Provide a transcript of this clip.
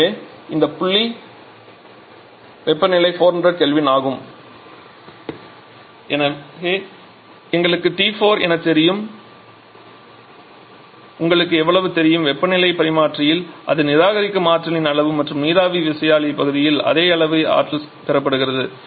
எனவே இந்த புள்ளி வெப்பநிலை 400 K ஆகும் இது ஏற்கனவே எங்களுக்கு T4 என தெரியும் எனவே உங்களுக்கு எவ்வளவு தெரியும் வெப்பப் பரிமாற்றியில் அது நிராகரிக்கும் ஆற்றலின் அளவு மற்றும் நீராவி விசையாழி பகுதியால் அதே அளவு ஆற்றல் பெறப்படுகிறது